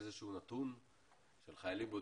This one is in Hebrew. איזשהו נתון של חיילים בודדים,